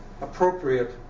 appropriate